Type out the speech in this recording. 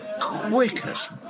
quickest